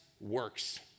works